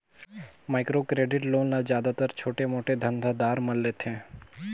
micro credit loan ल जादातर छोटे मोटे धंधा दार मन लेथें